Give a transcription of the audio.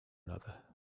another